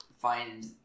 Find